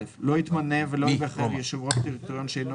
לא יתמנה ולא ייבחר יושב ראש דירקטוריון שאינו